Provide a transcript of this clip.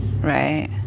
right